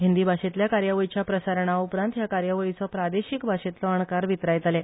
हींदी भाशेतल्या कार्यावळीच्या प्रसारणा उपरांत ह्या कार्यावळीचो प्रादेशीक भाशेतलो अणकार वितरायतले